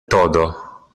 todo